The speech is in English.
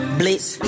blitz